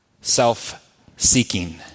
self-seeking